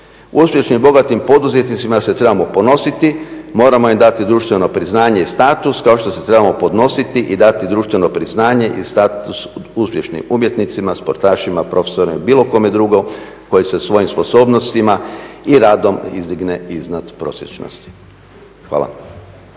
Uspješnim i bogatim poduzetnicima se trebamo ponositi, moramo im dati društveno priznanje i status kao što se trebamo ponositi i dati društveno priznanje i status uspješnim umjetnicima, sportašima, profesorima i bilo kome drugom koji se svojim sposobnostima i radom izdigne iznad prosječnosti. Hvala.